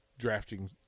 drafting